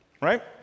right